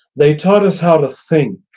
they taught us how to think,